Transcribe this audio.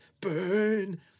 burn